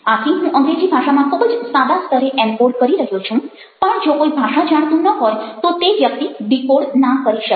આથી હું અંગ્રેજી ભાષામાં ખૂબ જ સાદા સ્તરે એનકોડ encode કરી રહ્યો છું પણ જો કોઈ ભાષા જાણતું ન હોય તો તે વ્યક્તિ ડિકોડ ના કરી શકે